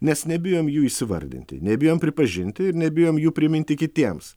nes nebijom jų įsivardinti nebijom pripažinti ir nebijom jų priminti kitiems